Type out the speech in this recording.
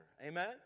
Amen